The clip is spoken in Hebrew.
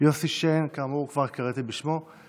יוסי שיין, כאמור, כבר קראתי בשמו.